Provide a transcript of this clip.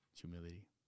humility